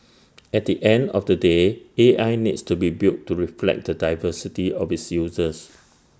at the end of the day A I needs to be built to reflect the diversity of its users